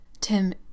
Tim